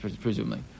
Presumably